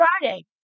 Friday